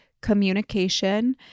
communication